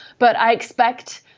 but i expect,